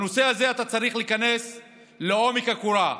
בנושא הזה אתה צריך להיכנס בעובי הקורה,